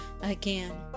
again